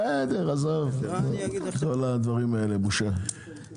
אתם צריכים לפתור את הבעיה הזאת וכבר להתחיל לעבוד על